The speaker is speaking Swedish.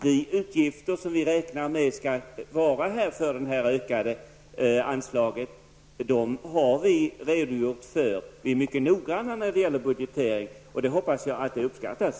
De utgifter som vi räknar med för det ökade anslaget har vi redogjort för. Vi är mycket noggranna när det gäller budgetering, och jag hoppas att det uppskattas.